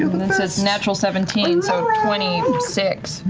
that's natural seventeen, so twenty six.